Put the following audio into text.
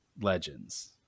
legends